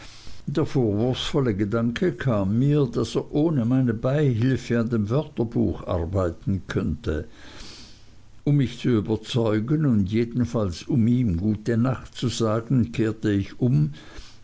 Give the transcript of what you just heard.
der vorwurfsvolle gedanke kam mir daß er ohne meine beihilfe an dem wörterbuch arbeiten könnte um mich zu überzeugen und jedenfalls um ihm gute nacht zu sagen kehrte ich um